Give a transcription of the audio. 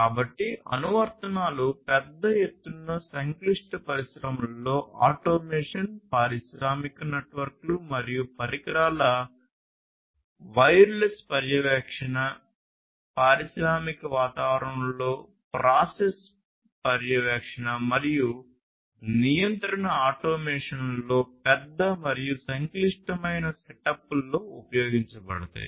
కాబట్టి అనువర్తనాలు పెద్ద ఎత్తున సంక్లిష్ట పరిశ్రమలలో ఆటోమేషన్ పారిశ్రామిక నెట్వర్క్లు మరియు పరికరాల వైర్లెస్ పర్యవేక్షణ పారిశ్రామిక వాతావరణంలో ప్రాసెస్ పర్యవేక్షణ మరియు నియంత్రణ ఆటోమేషన్లలో పెద్ద మరియు సంక్లిష్టమైన సెటప్లతో ఉపయోగించబడతాయి